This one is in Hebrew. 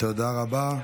תודה רבה.